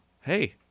hey